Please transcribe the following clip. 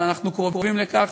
אבל אנחנו קרובים לכך.